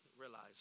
realize